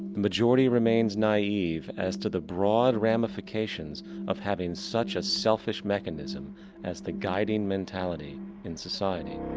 majority remains naive as to the broad ramifications of having such a selfish mechanism as the guiding mentality in society.